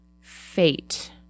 Fate